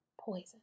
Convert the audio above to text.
poison